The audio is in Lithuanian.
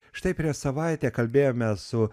štai prieš savaitę kalbėjome su